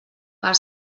per